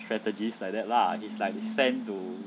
strategist like that lah he's like he's sent to